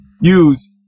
use